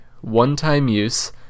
one-time-use